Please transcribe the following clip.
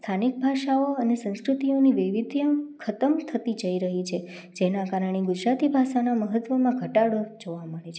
સ્થાનિક ભાષાઓ અને સંસ્કૃતિઓની વૈવિધ્ય ખતમ થતી જઈ રહી છે જેના કારણે ગુજરાતી ભાષાના મહત્ત્વમાં ઘટાડો જોવા મળે છે